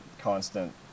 constant